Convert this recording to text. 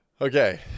Okay